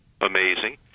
amazing